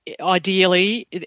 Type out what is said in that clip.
ideally